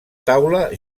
taula